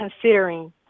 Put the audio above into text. considering